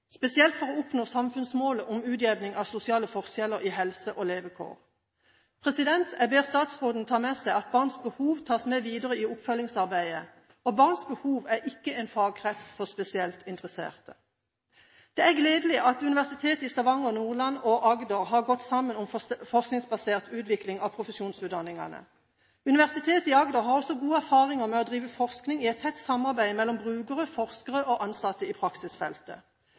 spesielt for å oppnå samfunnsmålet om utjevning av sosiale forskjeller i helse og levekår. Jeg ber statsråden ta med seg at barns behov tas med videre i oppfølgingsarbeidet. Barns behov er ikke en fagkrets for spesielt interesserte. Det er gledelig at universitetene i Stavanger, Nordland og Agder har gått sammen om forskningsbasert utvikling av profesjonsutdanningene. Universitetet i Agder har også gode erfaringer med å drive forskning i et tett samarbeid mellom brukere, forskere og ansatte i praksisfeltet.